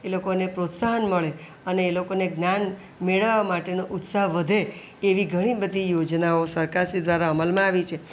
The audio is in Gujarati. એ લોકોને પ્રોત્સાહન મળે અને એ લોકોને જ્ઞાન મેળવવા માટેનો ઉત્સાહ વધે એવી ઘણી બધી યોજનાઓ સરકારશ્રી દ્વારા અમલમાં આવી છે